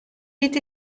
wit